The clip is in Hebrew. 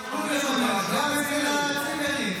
------ שיוכלו לממש גם בצימרים,